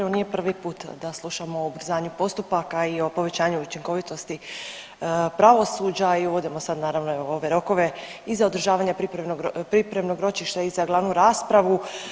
Evo nije prvi puta da slušamo o ubrzanju postupaka i o povećanju učinkovitosti pravosuđa i uvodimo sad naravno i ove rokove i za održavanje pripremnog ročišta i za glavnu raspravu.